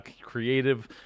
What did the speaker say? creative